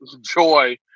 joy